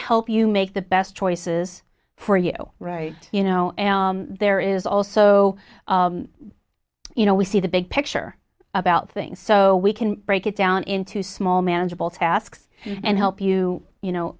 help you make the best choices for you right you know there is also you know we see the big picture about things so we can break it down into small manageable tasks and help you you know